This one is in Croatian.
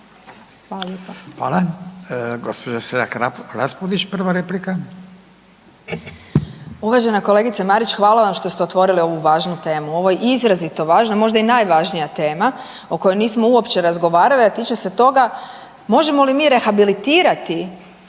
prva replika. **Selak Raspudić, Marija (Nezavisni)** Uvažena kolegice Marić hvala vam što ste otvorili ovu važnu temu. Ovo je izrazito važna možda i najvažnija tema o kojoj nismo uopće razgovarali, a tiče se toga možemo li mi rehabilitirati